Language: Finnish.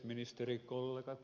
ministerikollegat